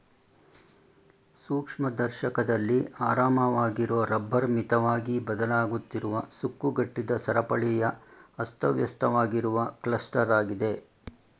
ಸೂಕ್ಷ್ಮದರ್ಶಕದಲ್ಲಿ ಆರಾಮವಾಗಿರೊ ರಬ್ಬರ್ ಮಿತವಾಗಿ ಬದಲಾಗುತ್ತಿರುವ ಸುಕ್ಕುಗಟ್ಟಿದ ಸರಪಳಿಯ ಅಸ್ತವ್ಯಸ್ತವಾಗಿರುವ ಕ್ಲಸ್ಟರಾಗಿದೆ